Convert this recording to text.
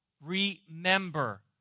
Remember